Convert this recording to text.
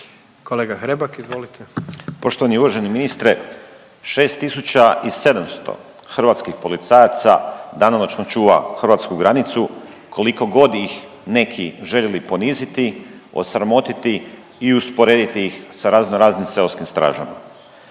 **Hrebak, Dario (HSLS)** Poštovani i uvaženi ministre, 6700 hrvatskih policajaca danonoćno čuva hrvatsku granicu koliko god ih neki željeli poniziti, osramotiti i usporediti ih sa razno raznim seoskim stražama.